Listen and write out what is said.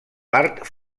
part